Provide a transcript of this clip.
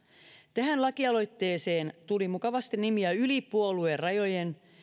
tähän lakialoitteeseen tuli mukavasti nimiä yli puoluerajojen